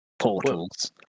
Portals